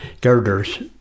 Girders